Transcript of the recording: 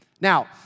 Now